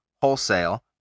wholesale